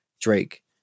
Drake